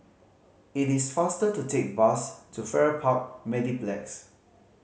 it is faster to take the bus to Farrer Park Mediplex